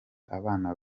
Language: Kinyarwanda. abana